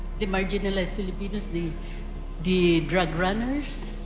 the marginalized filipinos, the the drug runners,